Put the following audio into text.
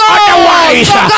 otherwise